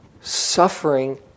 Suffering